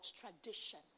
tradition